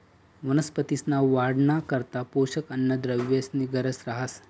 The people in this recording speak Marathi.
वनस्पतींसना वाढना करता पोषक अन्नद्रव्येसनी गरज रहास